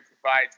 provides